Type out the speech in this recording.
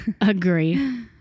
Agree